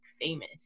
famous